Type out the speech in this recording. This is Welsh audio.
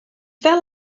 fel